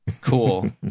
cool